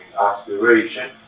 aspiration